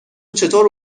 چطور